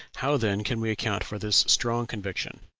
how then can we account for this strong conviction?